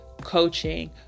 coaching